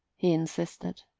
he insisted.